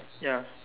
ya